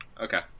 okay